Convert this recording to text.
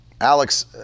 Alex